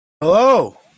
Hello